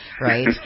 right